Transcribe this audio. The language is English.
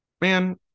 Man